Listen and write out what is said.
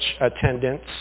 attendance